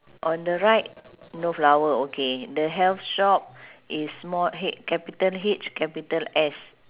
on the right no flower okay the health shop is small H capital H capital S